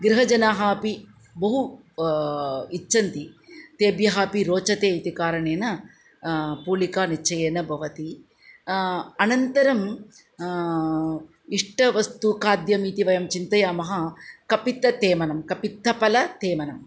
गृहजनाः अपि बहु इच्छन्ति तेभ्यः अपि रोचते इति कारणेन पोलिका निश्चयेन भवति अनन्तरम् इष्टवस्तु खाद्यम् इति वयं चिन्तयामः कपित्थतेमनं कपित्थफलतेमनम्